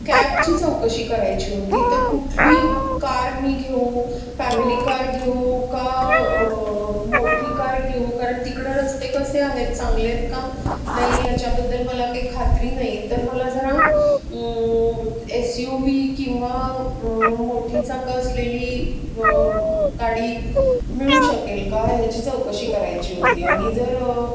कॅबची चौकशी करायची होती तर कुठली कार मी घेऊ फॅमिली कार घेऊ का मोठी कार घेऊ कारण तिकडं रस्ते कसे आहेत चांगले आहेत का नाही याच्याबद्दल मला काही खात्री नाही तर मला जरा एस यू व्ही किंवा मोठी चाकं असलेली गाडी मिळू शकेल का ह्याची चौकशी करायची होती आणि जर